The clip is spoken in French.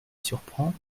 surprend